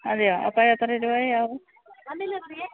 അതെയോ അപ്പം എത്ര രൂപായാവും